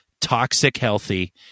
toxic-healthy